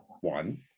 One